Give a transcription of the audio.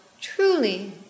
truly